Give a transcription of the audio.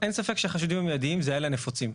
אין ספק שהחשודים המיידיים זה אלה הנפוצים.